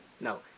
No